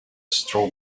straw